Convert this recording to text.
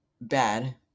bad